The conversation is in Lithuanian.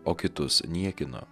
o kitus niekino